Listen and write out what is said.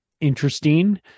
interesting